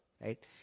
right